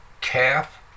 calf